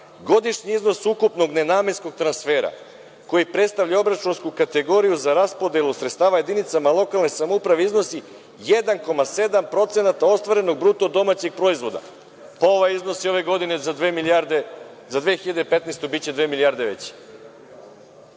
godišnji iznos ukupnog nenamenskog transfera, koji predstavlja obračunsku kategoriju za raspodelu sredstava jedinica lokalne samouprave, iznosi 1,7% ostvarenog BDP. Pa, ovaj iznosi ove godine, za 2015. godinu biće dve milijarde veći.